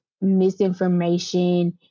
misinformation